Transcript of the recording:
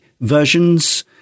versions